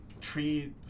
tree